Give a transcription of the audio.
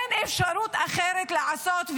אין אפשרות אחרת לעשות,